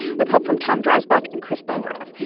with help from tom dreisbach and chris benderev.